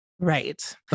Right